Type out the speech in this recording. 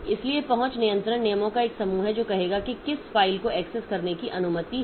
इसलिए पहुंच नियंत्रण नियमों का एक समूह है जो कहेगा कि किस फाइल को एक्सेस करने की अनुमति है